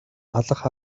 алах